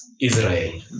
Israel